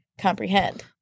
comprehend